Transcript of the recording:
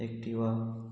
Activa